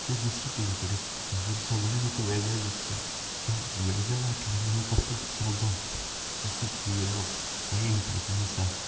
ते दुसरे पली कडेन पावता सगळें आमकां वेगळें दिसता तें वेगळे वाठरान कशें जगप कशें जियेवप हें इंपोरटंट आसा